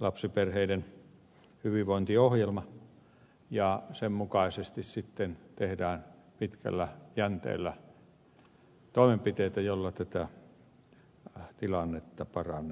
lapsiperheiden hyvinvointiohjelma ja sen mukaisesti sitten tehdään pitkällä jänteellä toimenpiteitä joilla tätä tilannetta parannetaan